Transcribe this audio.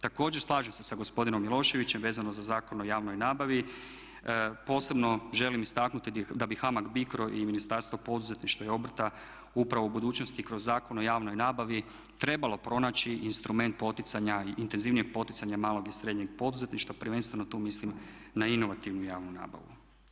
Također slažem se sa gospodinom Miloševićem vezano za Zakona o javnoj nabavi, posebno želim istaknuti da bi HAMAG BICRO i Ministarstvo poduzetništva i obrta upravo u budućnosti kroz Zakon o javnoj nabavi trebalo pronaći instrument poticanja, intenzivnijeg poticanja malog i srednjeg poduzetništva prvenstveno tu mislim na inovativnu javnu nabavu.